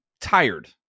tired